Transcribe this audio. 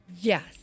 Yes